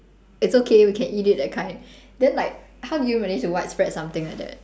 it's okay we can eat it that kind then like how do you manage to widespread something like that